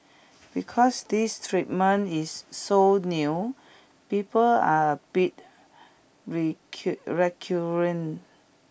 because this treatment is so new people are a bit